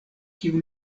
kiu